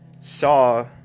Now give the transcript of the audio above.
saw